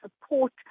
support